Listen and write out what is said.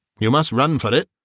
you must run for it.